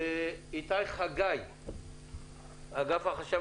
איתי חגי, מאגף החשב